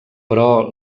però